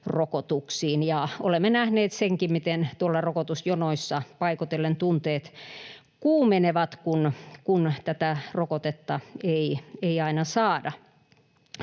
Olemme nähneet senkin, miten rokotusjonoissa paikoitellen tunteet kuumenevat, kun rokotetta ei aina saada.